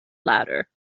latter